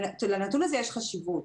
לנתון הזה יש חשיבות.